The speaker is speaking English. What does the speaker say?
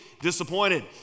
disappointed